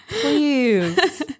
please